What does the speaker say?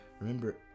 Remember